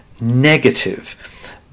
negative